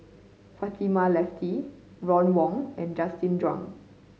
Fatimah Lateef Ron Wong and Justin Zhuang